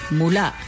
mula